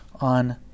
on